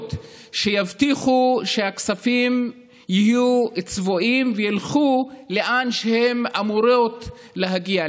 ההסתייגויות שיבטיחו שהכספים יהיו צבועים וילכו לאן שהם אמורים להגיע,